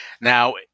now